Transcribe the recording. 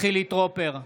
חילי טרופר,